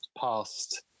past